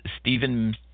Stephen